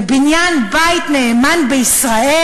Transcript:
בבניין בית נאמן בישראל,